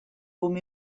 boom